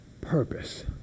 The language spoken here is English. purpose